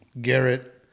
Garrett